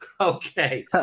Okay